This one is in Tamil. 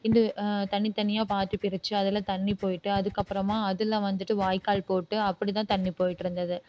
இந்த தனித் தனியாக பாத்தி பிரிச்சு அதில் தண்ணீர் போயிட்டு அதுக்கப்புறமாக அதில் வந்துட்டு வாய்க்கால் போட்டு அப்படிதான் தண்ணீர் போயிட்டிருந்தது